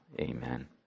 Amen